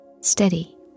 steady